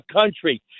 country